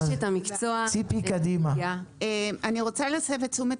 היא אשת המקצוע --- אני רוצה להסב את תשומת